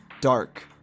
dark